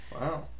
Wow